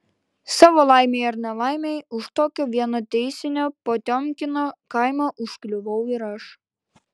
savo laimei ar nelaimei už tokio vieno teisinio potiomkino kaimo užkliuvau ir aš